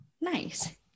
Nice